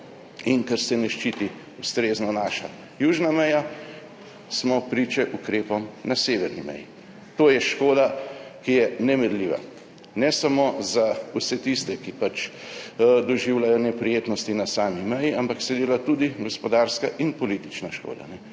In ker se ne ščiti ustrezno naša južna meja, smo priče ukrepom na severni meji. To je škoda, ki je nemerljiva, ne samo za vse tiste, ki pač doživljajo neprijetnosti na sami meji, ampak se delata tudi gospodarska in politična škoda.